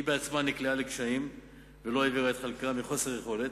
היא עצמה נקלעה לקשיים ולא העבירה את חלקה מחוסר יכולת,